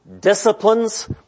disciplines